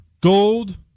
Gold